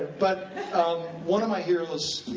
but one of my heroes,